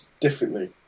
differently